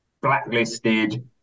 blacklisted